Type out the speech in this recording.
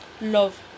Love